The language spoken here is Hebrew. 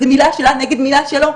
זה מילה שלה נגד מילה שלו.